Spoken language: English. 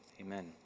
Amen